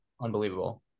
unbelievable